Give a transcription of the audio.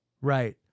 Right